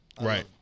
Right